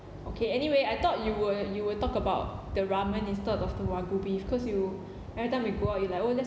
okay anyway I thought you will you will talk about the ramen instead of the wagyu beef cause you everytime we go out you like oh let's